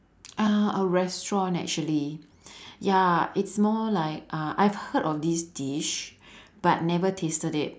uh a restaurant actually ya it's more like uh I've heard of this dish but never tasted it